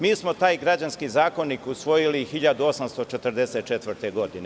Mi smo taj Građanski zakonik usvojili 1844. godine.